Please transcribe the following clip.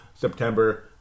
September